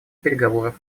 переговоров